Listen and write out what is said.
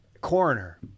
Coroner